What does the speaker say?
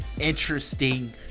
interesting